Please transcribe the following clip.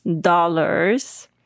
dollars